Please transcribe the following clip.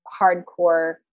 hardcore